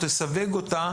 תסווג אותה,